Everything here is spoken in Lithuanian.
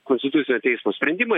konstitucinio teismo sprendimą